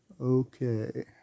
Okay